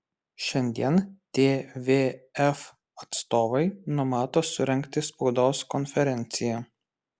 šiandien tvf atstovai numato surengti spaudos konferenciją